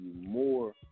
more